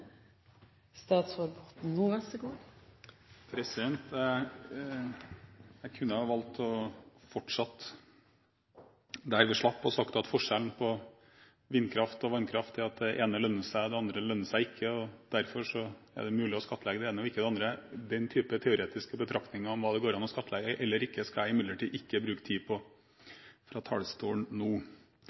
statsråd Ola Borten Moe. Jeg kunne valgt å fortsette der jeg slapp, og si at forskjellen mellom vindkraft og vannkraft er at det ene lønner seg og at det andre lønner seg ikke – derfor er det mulig å skattlegge det ene og ikke det andre. Den slags teoretiske betraktninger om hva det går å skattlegge eller ikke, skal jeg imidlertid ikke bruke tid på nå på talerstolen.